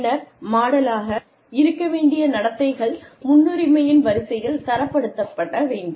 பின்னர் மாடலாக இருக்க வேண்டிய நடத்தைகள் முன்னுரிமையின் வரிசையில் தரப்படுத்தப்பட வேண்டும்